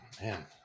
Man